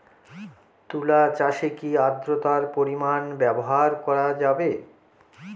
তুলা চাষে কি আদ্রর্তার পরিমাণ ব্যবহার করা যাবে?